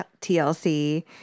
TLC